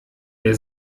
wer